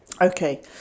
Okay